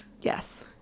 yes